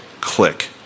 Click